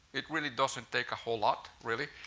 it really doesn't take a whole lot really.